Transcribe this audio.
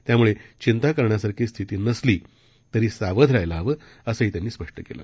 त्याम्ळेचिंताकरण्यासारखीस्थितीनसलीतरीसावधराहायलाहवंअसंहीत्यांनीस्पष्टकेलं